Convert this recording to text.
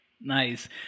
Nice